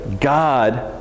God